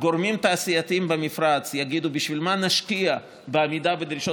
גורמים תעשייתיים במפרץ יגידו: בשביל מה נשקיע בעמידה בדרישות